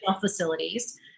facilities